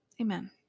amen